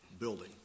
building